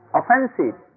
offensive